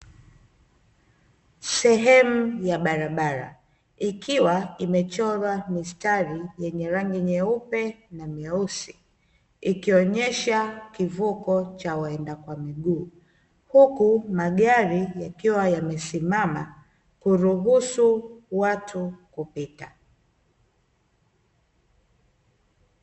Sehemu ya barabara, ikiwa imechorwa mistari yenye rangi nyeupe na meusi ikionyesha kivuko cha waenda kwa miguu, huku magari yakiwa yamesimama kuruhusu watu kupita.